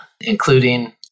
including